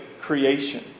creation